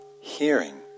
hearing